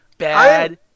bad